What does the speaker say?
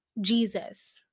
Jesus